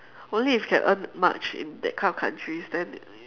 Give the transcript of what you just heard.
only if you can earn much in that kind of countries then